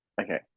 Okay